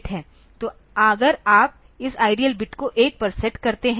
तो अगर आप इस IDL बिट को 1 पर सेट करते हैं